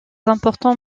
importants